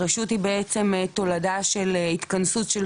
הרשות היא בעצם תולדה של התכנסות של